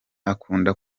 akunda